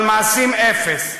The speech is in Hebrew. אבל מעשים, אפס.